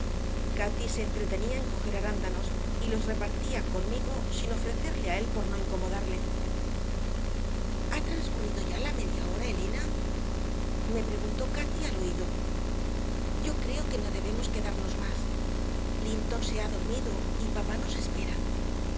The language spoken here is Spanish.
cati se entretenía en coger arándanos y los repartía conmigo sin ofrecerle a él por no incomodarle ha transcurrido ya la media hora elena me preguntó cati al oído yo creo que no debemos quedarnos más linton se ha dormido y papá nos espera